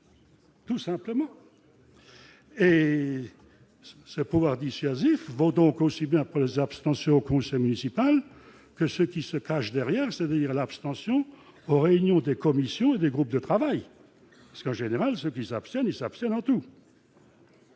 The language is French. tout simplement et ça pouvoir dissuasif vont donc aussi bien pour les abstentions au conseil municipal, que ce qui se cache derrière, ça veut dire l'abstention aux réunions des commissions et des groupes de travail parce qu'en général, ceux qui s'abstiennent absolument tout.